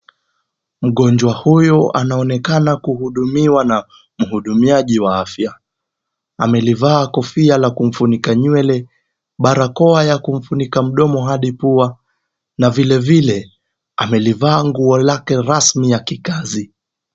Mgonjwa huyu anaonekana kuhudumiwa na mumhudumiaji wa afya. Amelivaa kofia la kumfunika nywele, barakoa ya kumfunika mdomo hadi pua na vilevile amelivaa nguo lake rasmi ya kikazi.